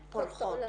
ברווחה.